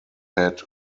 had